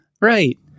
Right